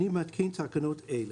אני מתקין תקנות אלה: